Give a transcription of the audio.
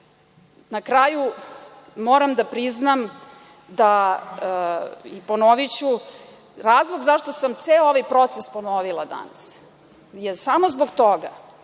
kraju, moram da priznam da i, ponoviću, razlog zašto sam ceo ovaj proces ponovila danas je samo zbog toga